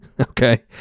Okay